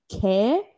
care